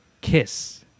Kiss